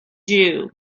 jew